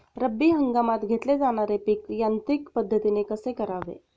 रब्बी हंगामात घेतले जाणारे पीक यांत्रिक पद्धतीने कसे करावे?